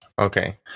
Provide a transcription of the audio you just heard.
Okay